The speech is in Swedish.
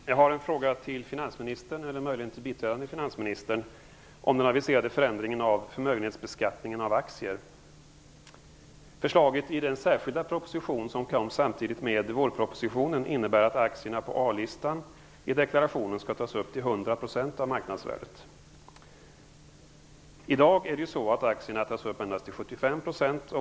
Herr talman! Jag har en fråga till finansministern, eller möjligen till biträdande finansministern, om den aviserade förändringen av förmögenhetsbeskattningen av aktier. Förslaget i den särskilda proposition som kom samtidigt som vårpropositionen innebär att aktierna på a-listan i deklarationen skall tas upp till I dag är det ju så att aktierna endast tas upp till 75 %.